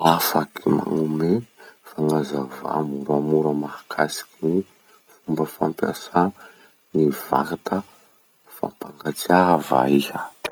Afaky magnome fagnazavà moramora mahakasiky ny fomba fampiasà ny vata fampangatsiaha va iha?